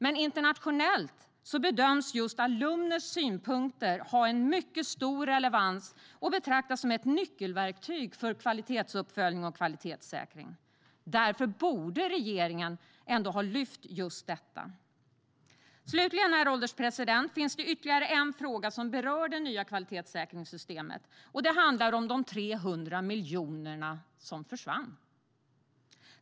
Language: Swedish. Men internationellt bedöms just alumners synpunkter ha en mycket stor relevans, och de betraktas som ett nyckelverktyg för kvalitetsuppföljning och kvalitetssäkring. Därför borde regeringen ha lyft upp just detta. Herr ålderspresident! Det finns ytterligare en fråga som berör det nya kvalitetssäkringssystemet. Det handlar om de 300 miljonerna som försvann.